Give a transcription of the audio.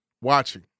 watching